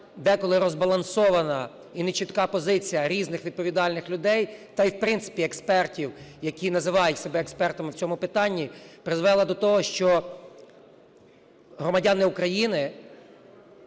деколи розбалансована і нечітка позиція різних відповідальних людей, та і, в принципі експертів, які називають себе експертами в цьому питанні, призвела до того, що громадяни України